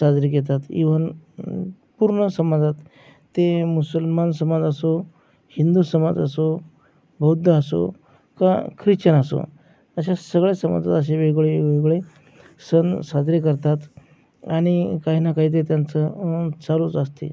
साजरे घेतात ईव्हन पूर्ण समाजात ते मुसलमान समाज असो हिंदू समाज असो बौद्ध असो का ख्रिश्चन असो अशा सगळ्या समाजात असे वेगवेगळे वेगवेगळे सण साजरे करतात आणि काही ना काही ते त्यांचं चालूच असत आहे